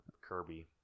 Kirby